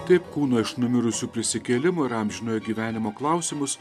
taip kūno iš numirusių prisikėlimo ir amžinojo gyvenimo klausimus